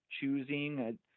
choosing